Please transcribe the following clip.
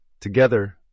Together